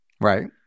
Right